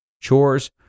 chores